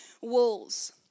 walls